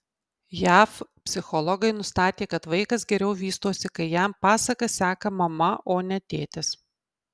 jav psichologai nustatė kad vaikas geriau vystosi kai jam pasakas seka mama o ne tėtis